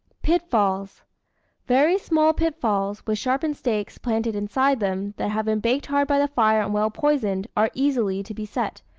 pitfalls very small pitfalls, with sharpened stakes, planted inside them, that have been baked hard by the fire and well poisoned, are easily to be set,